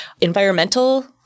environmental